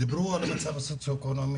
דיברו על מצב סוציו-אקונומי,